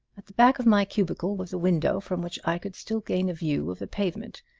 at the back of my cubicle was a window from which i could still gain a view of the pavement.